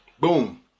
Boom